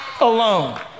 alone